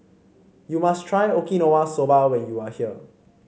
you must try Okinawa Soba when you are here